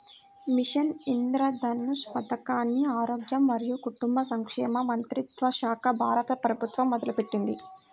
machine Indradhanush పథకాన్ని ఆరోగ్య మరియు కుటుంబ సంక్షేమ మంత్రిత్వశాఖ, భారత ప్రభుత్వం మొదలుపెట్టింది